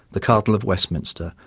the cardinal of westminster,